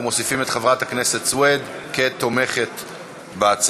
אנחנו מוסיפים את חברת הכנסת סויד כתומכת בהצעה.